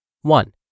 One